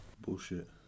Bullshit